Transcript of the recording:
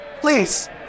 Please